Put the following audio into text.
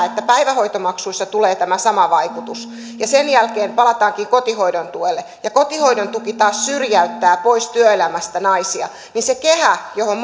että päivähoitomaksuissa tulee tämä sama vaikutus ja sen jälkeen palataankin kotihoidon tuelle ja kotihoidon tuki taas syrjäyttää pois työelämästä naisia niin se kehä johon